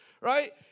right